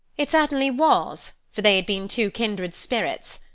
it certainly was for they had been two kindred spirits.